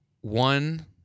one